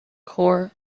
core